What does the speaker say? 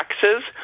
taxes